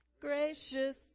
gracious